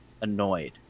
annoyed